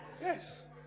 Yes